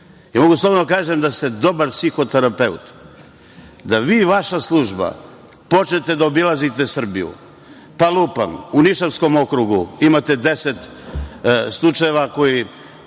ja mogu slobodno da kažem da ste dobar psihoterapeut, da vi i vaša služba počnete da obilazite Srbiju, pa recimo, u Nišavskom okrugu imate deset slučajeva koji